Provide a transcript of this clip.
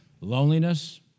loneliness